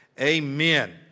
amen